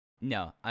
No